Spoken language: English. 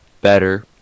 better